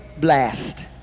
blast